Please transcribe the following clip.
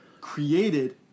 created